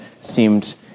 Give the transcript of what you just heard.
seemed